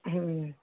ಹ್ಞೂ